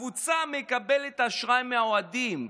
הקבוצה מקבלת השראה מהאוהדים,